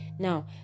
Now